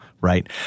right